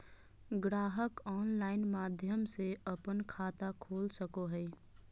ग्राहक ऑनलाइन माध्यम से अपन खाता खोल सको हइ